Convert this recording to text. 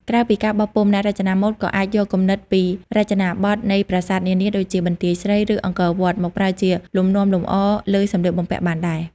ក្រៅពីការបោះពុម្ព អ្នករចនាម៉ូដក៏អាចយកគំនិតពីរចនាបទនៃប្រាសាទនានា ដូចជាបន្ទាយស្រី ឬអង្គរវត្ត មកប្រើជាលំនាំលម្អលើសម្លៀកបំពាក់បានដែរ។